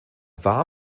war